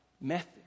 method